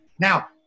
Now